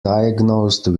diagnosed